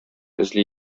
эзли